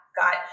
got